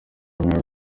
nkwiye